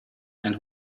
and